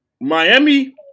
Miami